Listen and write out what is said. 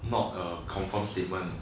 not err confirm statement